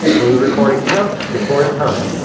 movie recording count. record time.